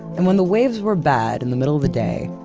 and when the waves were bad in the middle of the day,